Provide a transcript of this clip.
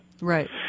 Right